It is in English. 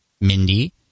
Mindy